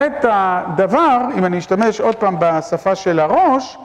את הדבר אם אני אשתמש עוד פעם בשפה של הראש